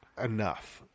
enough